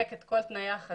תספק את כל תנאי החזיר,